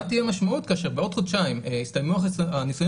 מה תהיה המשמעות כאשר בעוד חודשיים יסתיימו הניסויים